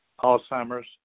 Alzheimer's